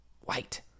white